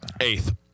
Eighth